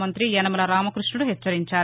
మంగ్రతి యనమల రామకృష్ణుడు హెచ్చరించారు